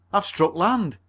i've struck land!